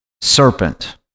serpent